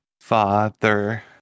father